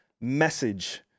message